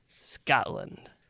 Scotland